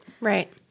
Right